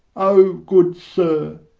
o, good sir,